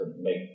make